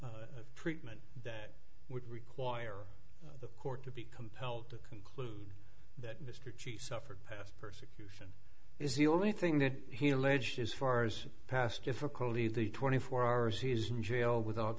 treatment that would require the court to be compelled to conclude that mr g suffered past person is the only thing that he alleged as far as past difficulties the twenty four hours he is in jail without